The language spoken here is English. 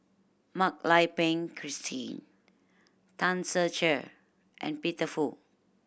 Mak Lai Peng Christine Tan Ser Cher and Peter Fu